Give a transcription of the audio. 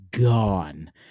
gone